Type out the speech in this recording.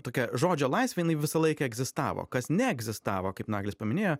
tokia žodžio laisvė jinai visą laiką egzistavo kas neegzistavo kaip naglis paminėjo